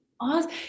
awesome